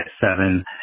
seven